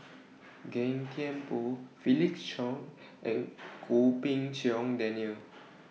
Gan Thiam Poh Felix Cheong and Goh Pei Siong Daniel